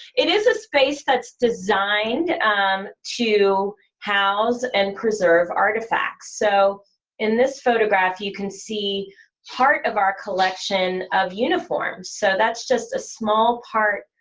it is a space that's designed um to house and preserve artefacts. so in this photograph you can see part of our collection of uniforms, so that's just a small part,